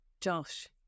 Josh